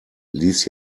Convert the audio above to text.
ließ